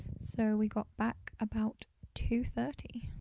so we got back about two thirty.